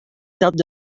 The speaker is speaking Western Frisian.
dat